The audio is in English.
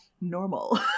normal